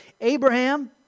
Abraham